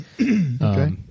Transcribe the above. Okay